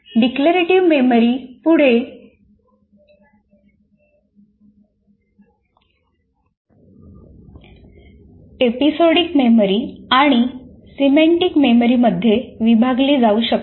declarative memory पुढे episodic memory आणि semantic मेमरीमध्ये विभागली जाऊ शकते